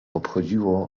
obchodziło